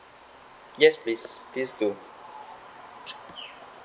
yes please please do